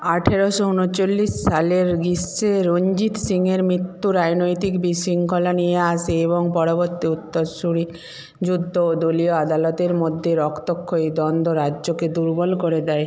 আঠেরোশো ঊনচল্লিশ সালের গ্রীষ্মে রঞ্জিত সিংহের মৃত্যু রাজনৈতিক বিশৃঙ্খলা নিয়ে আসে এবং পরবর্তী উত্তরসূরি যুদ্ধ ও দলীয় আদালতের মধ্যে রক্তক্ষয়ী দ্বন্দ্ব রাজ্যকে দুর্বল করে দেয়